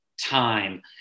time